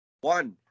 One